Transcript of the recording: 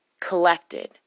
collected